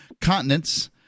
continents